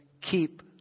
keep